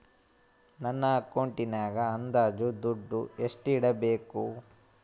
ನನ್ನ ಅಕೌಂಟಿನಾಗ ಅಂದಾಜು ಎಷ್ಟು ದುಡ್ಡು ಇಡಬೇಕಾ?